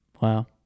Wow